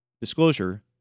Disclosure